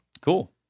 Cool